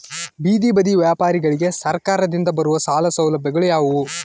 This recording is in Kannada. ಬೇದಿ ಬದಿ ವ್ಯಾಪಾರಗಳಿಗೆ ಸರಕಾರದಿಂದ ಬರುವ ಸಾಲ ಸೌಲಭ್ಯಗಳು ಯಾವುವು?